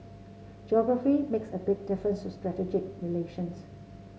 geography makes a big difference to strategic relations